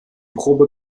probe